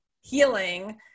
healing